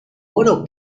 oro